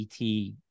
et